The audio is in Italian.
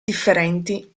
differenti